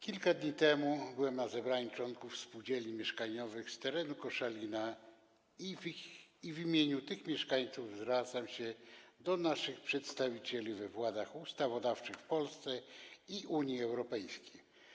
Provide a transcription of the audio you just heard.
Kilka dni temu byłem na zebraniu członków spółdzielni mieszkaniowych z terenu Koszalina i w imieniu tych mieszkańców zwracam się do naszych przedstawicieli we władzach ustawodawczych w Polsce i Unii Europejskiej.